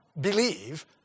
believe